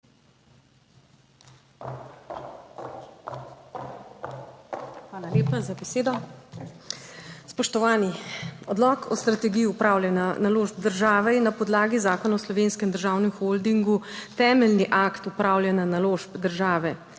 Hvala lepa za besedo. Spoštovani! Odlok o strategiji upravljanja naložb države je na podlagi Zakona o Slovenskem državnem holdingu temeljni akt upravljanja naložb države,